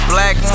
Black